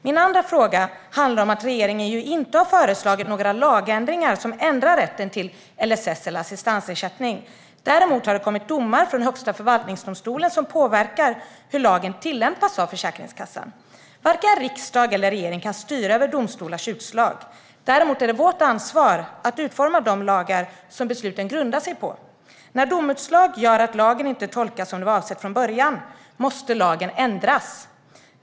Min andra fråga handlar om att regeringen inte har föreslagit några lagändringar som ändrar rätten till LSS eller assistansersättning. Däremot har det kommit domar från Högsta förvaltningsdomstolen som påverkar hur lagen tillämpas av Försäkringskassan. Varken riksdag eller regering kan styra över domstolars utslag. Däremot är det vårt ansvar att utforma de lagar som besluten grundar sig på. När domutslag gör att lagen inte tolkas som det var avsett från början måste lagen ändras.